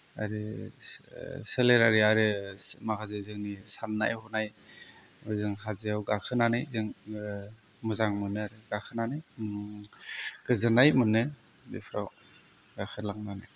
आरो सोलेरारि आरो माखासे जोंनि साननाय हनाय ओजों हाजोआव गाखोनानै जों मोजां मोनो गाखोनानै गोजोननाय मोनो बेफोराव गाखोलांनानै